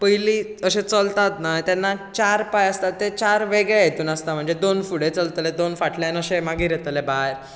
पयलीं अशे चलतात न्हय तेन्ना चार पाय आसता ते चार वेगळे हितूंत आसता म्हणजे दोन फुडे चलतले दोन फाटल्यान अशे मागीर येतले भायर